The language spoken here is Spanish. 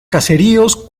caseríos